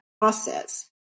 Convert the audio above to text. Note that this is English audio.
process